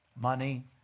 money